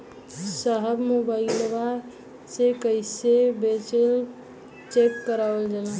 साहब मोबइलवा से कईसे बैलेंस चेक करल जाला?